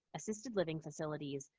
assisted living facilities,